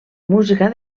música